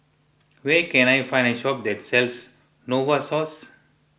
where can I find a shop that sells Novosource